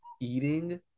eating